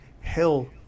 Hell